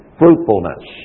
fruitfulness